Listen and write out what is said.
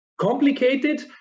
complicated